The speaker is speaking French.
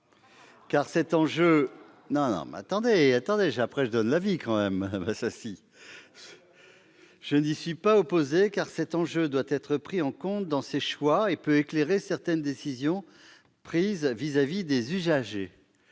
Un tel enjeu doit être pris en compte dans les choix et peut expliquer certaines décisions prises vis-à-vis des